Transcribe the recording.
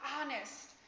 honest